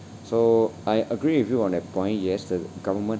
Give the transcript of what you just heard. so I agree with you on that point yes the government